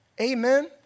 Amen